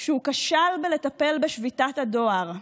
שהוא כשל בלטפל בשביתת הדואר.